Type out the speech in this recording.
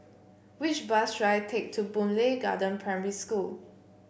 which bus should I take to Boon Lay Garden Primary School